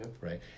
right